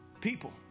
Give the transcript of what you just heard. People